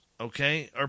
okay